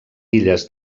illes